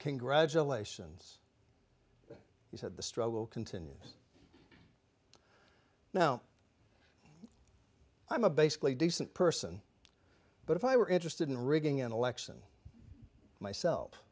congratulations he said the struggle continues now i'm a basically decent person but if i were interested in rigging an election myself